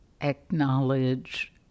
acknowledge